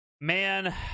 man